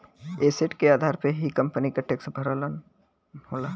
asset के आधार पे ही कंपनी के टैक्स भरना होला